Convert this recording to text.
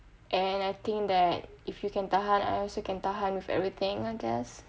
and I think that if you can tahan I also can tahan with everything I guess